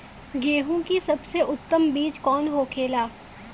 गेहूँ की सबसे उत्तम बीज कौन होखेला?